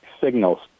signals